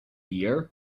year